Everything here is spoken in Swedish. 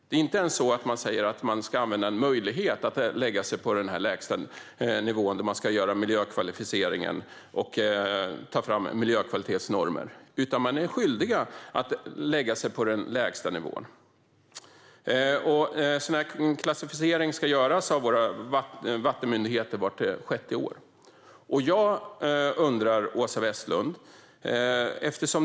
Det är inte ens så att man säger att de ska använda möjligheten att lägga sig på den lägsta nivån när de gör miljöklassificeringen och tar fram miljökvalitetsnormer, utan de är skyldiga att lägga sig på den lägsta nivån. Vart sjätte år ska våra vattenmyndigheter göra en sådan klassificering. Åsa Westlund!